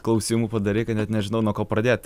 klausimų padarei kad net nežinau nuo ko pradėt